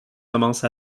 commence